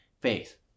faith